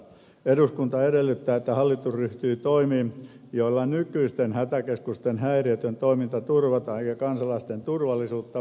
eduskunta edellyttää että hallitus ryhtyy toimiin joilla nykyisten hätäkeskusten häiriötön toiminta turvataan eikä kansalaisten turvallisuutta vaaranneta